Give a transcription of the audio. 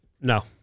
no